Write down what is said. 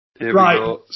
Right